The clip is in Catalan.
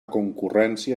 concurrència